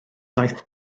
daeth